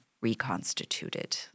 reconstituted